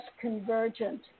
convergent